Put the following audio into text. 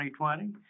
2020